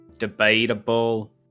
debatable